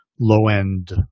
low-end